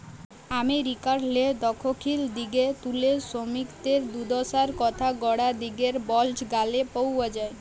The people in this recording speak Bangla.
আমেরিকারলে দখ্খিল দিগে তুলে সমিকদের দুদ্দশার কথা গড়া দিগের বল্জ গালে পাউয়া যায়